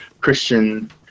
christian